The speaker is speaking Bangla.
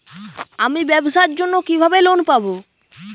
আমি ব্যবসার জন্য কিভাবে লোন পাব?